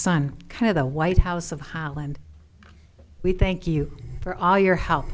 un kind of the white house of holland we thank you for all your he